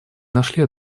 нашли